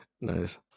Nice